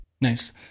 Nice